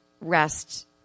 rest